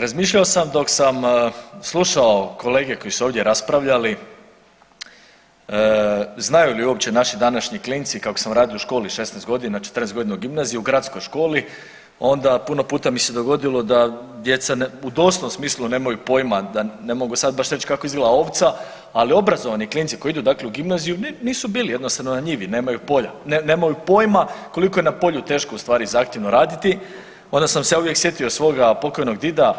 Razmišljao sam dok sam slušao kolege koji su ovdje raspravljali znaju li uopće naši današnji klinci kako sam radio u školi 16.g., 14.g. u gimnaziji, u gradskoj školi, onda puno puta mi se dogodilo da djeca u doslovnom smislu nemaju pojma da, ne mogu sad baš reć kako izgleda ovca, ali obrazovani klinci koji idu dakle u gimnaziju nisu bili jednostavno na njivi, nemaju polja, nemaju pojma koliko je na polju teško u stvari i zahtjevno raditi, onda sam se ja uvijek sjetio svoga pokojnog dida